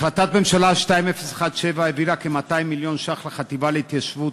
החלטת ממשלה 2017 העבירה כ-200 מיליון ש"ח לחטיבה להתיישבות